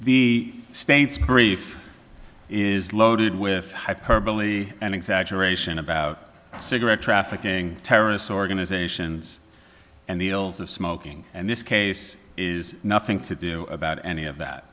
the state's brief is loaded with hyperbole and exaggeration about cigarette trafficking terrorist organizations and the ills of smoking and this case is nothing to do about any of that